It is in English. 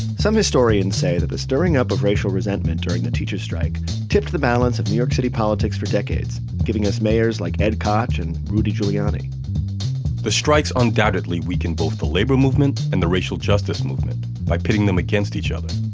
some historians say that the stirring up of racial resentment during the teachers strike tipped the balance of new york city politics for decades, giving us mayors like ed koch and rudy giuliani the strikes undoubtedly weakened both the labor movement and the racial justice movement by pitting them against each other.